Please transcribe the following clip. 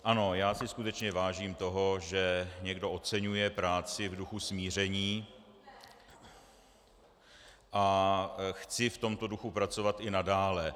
Ano, já si skutečně vážím toho, že někdo oceňuje práci v duchu smíření, a chci v tomto duchu pracovat i nadále.